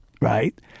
Right